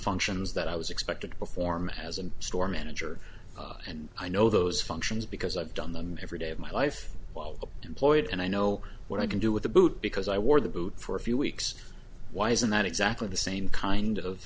functions that i was expected to perform as a store manager and i know those functions because i've done them every day of my life while employed and i know what i can do with the boot because i wore the boot for a few weeks why isn't that exactly the same kind of